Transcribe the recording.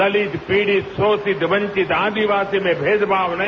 दलित पीड़ित शोषित वंचित आदिवासी में भेदभाव नहीं